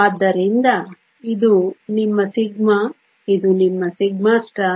ಆದ್ದರಿಂದ ಇದು ನಿಮ್ಮ σ ಇದು ನಿಮ್ಮ σ